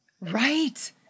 right